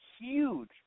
Huge